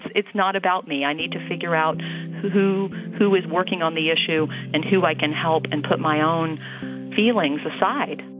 it's not about me. i need to figure out who who is working on the issue and who i can help and put my own feelings aside